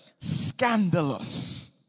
scandalous